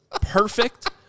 perfect